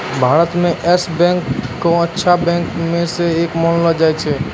भारत म Yes Bank क अच्छा बैंक म स एक मानलो जाय छै